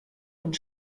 und